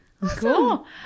Cool